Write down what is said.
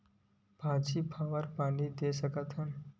भाजी फवारा पानी दे सकथन का?